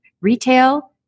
retail